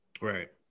Right